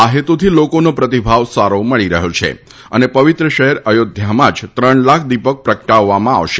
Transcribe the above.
આ હેતુથી લોકોનો પ્રતિભાવ સારો મળી રહ્યો છે અને પવિત્ર શહેર અયોધ્યામાં જ ત્રણ લાખ દીપક પ્રગટાવવામાં આવશે